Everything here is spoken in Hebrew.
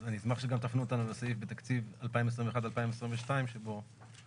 אז אשמח שתפנו אותנו לסעיף בתקציב 2021-2022 המוצע,